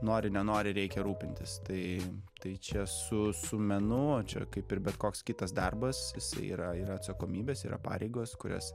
nori nenori reikia rūpintis tai tai čia su su menu čia kaip ir bet koks kitas darbas jisai yra ir atsakomybės yra pareigos kurias